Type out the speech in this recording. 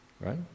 right